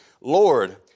Lord